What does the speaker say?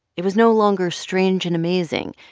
it was no longer strange and amazing.